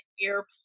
airplane